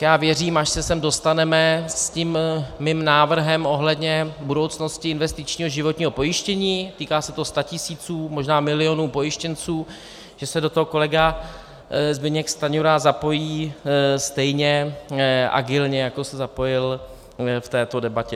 Já věřím, až se sem dostaneme s mým návrhem ohledně budoucnosti investičního životního pojištění, týká se to statisíců, možná milionů pojištěnců, že se do toho kolega Zbyněk Stanjura zapojí stejně agilně, jako se zapojil v této debatě.